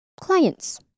clients